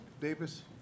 davis